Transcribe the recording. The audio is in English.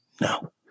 no